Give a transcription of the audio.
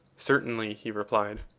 certainly, he replied.